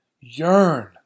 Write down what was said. Yearn